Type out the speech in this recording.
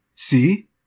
See